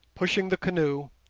pushing the canoe,